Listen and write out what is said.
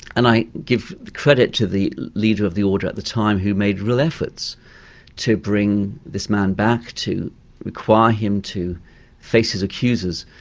and i give credit to the leader of the order at the time who made real efforts to bring this man back, to require him to face his accusers,